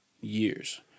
years